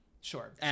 Sure